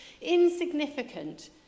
insignificant